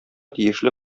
тиешле